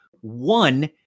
one